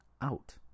out